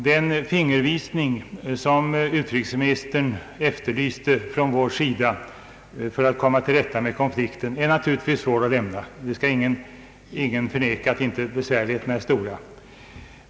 Den fingervisning som utrikesministern efterlyste från vår sida för att komma till rätta med konflikten är naturligtvis svår att lämna. Ingen kan rimligen förneka att besvärligheterna är stora.